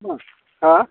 मा हा